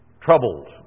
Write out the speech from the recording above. troubled